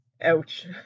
ouch